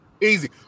Easy